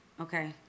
okay